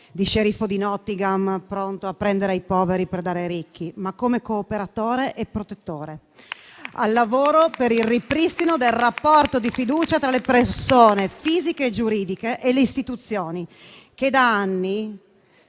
di sceriffo di Nottingham pronto a prendere ai poveri per dare ai ricchi, ma come cooperatore e protettore, al lavoro per il ripristino del rapporto di fiducia tra le persone fisiche e giuridiche e le istituzioni, che da anni